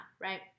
right